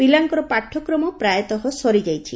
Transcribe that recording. ପିଲାଙ୍କର ପାଠ୍ୟକ୍ରମ ପ୍ରାୟତଃ ସରିଯାଇଛି